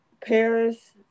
Paris